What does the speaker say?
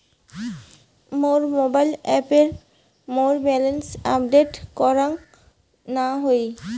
মোর mobile অ্যাপে মোর balance update করাং না হই